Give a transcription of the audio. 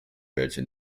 welche